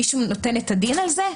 מישהו נותן את הדין על זה?